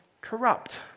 corrupt